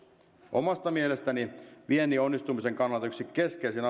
omasta mielestäni viennin onnistumisen kannalta yksi keskeisin